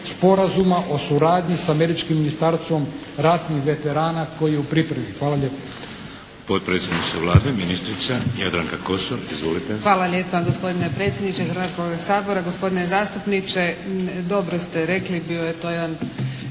Sporazuma o suradnji sa Američkim ministarstvom ratnih veterana koji je u pripremi. Hvala lijepo.